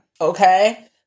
okay